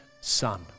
son